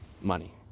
money